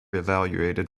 evaluated